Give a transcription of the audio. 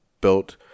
built